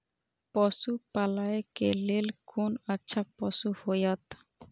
पशु पालै के लेल कोन अच्छा पशु होयत?